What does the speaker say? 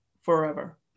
forever